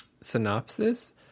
synopsis